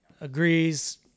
agrees